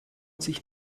sich